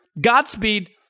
Godspeed